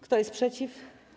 Kto jest przeciw?